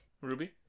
Ruby